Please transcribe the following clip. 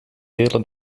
hele